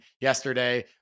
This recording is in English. yesterday